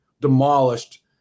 demolished